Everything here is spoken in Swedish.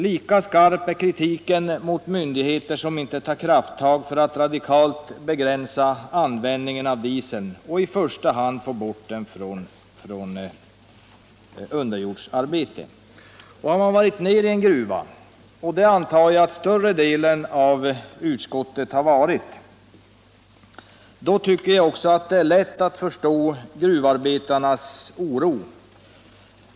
Cika skarp är kritiken mot myndigheter som inte tar krafttag för att radikalt begränsa användningen av dieseln, i första hand för att få bort den från underjordsarbete. För den som varit ned i en gruva — och det antar jag att större delen av utskottets ledamöter har varit — tycker jag att det är lätt att förstå gruvarbetarnas oro.